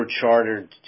chartered